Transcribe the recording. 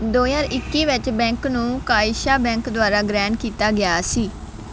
ਦੋ ਹਜ਼ਾਰ ਇੱਕੀ ਵਿੱਚ ਬੈਂਕ ਨੂੰ ਕਾਇਕਸਾ ਬੈਂਕ ਦੁਆਰਾ ਗ੍ਰਹਿਣ ਕੀਤਾ ਗਿਆ ਸੀ